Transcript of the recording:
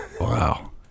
Wow